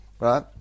Right